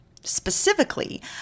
specifically